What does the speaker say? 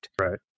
Right